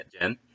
Jen